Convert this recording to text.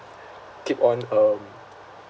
keep on um